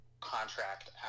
contract